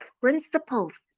principles